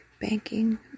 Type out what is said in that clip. banking